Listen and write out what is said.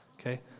Okay